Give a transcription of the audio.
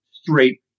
straight